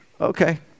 Okay